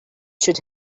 should